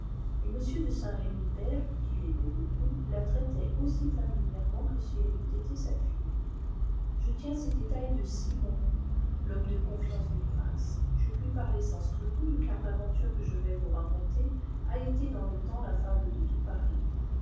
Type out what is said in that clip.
et m de saint-remy père qui l'aimait beaucoup la traitait aussi familièrement que si elle eût été sa fille je tiens ces détails de simon l'homme de confiance du prince je puis parler sans scrupules car l'aventure que je vais vous raconter a été dans le temps la fable de tout paris